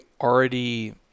already